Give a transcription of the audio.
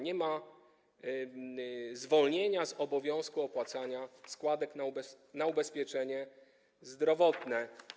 Nie ma zwolnienia z obowiązku opłacania składek na ubezpieczenie zdrowotne.